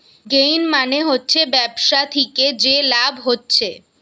gain মানে হচ্ছে ব্যবসা থিকে যে লাভ হচ্ছে